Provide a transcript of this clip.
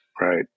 right